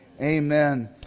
Amen